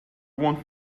want